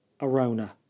Arona